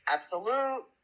Absolute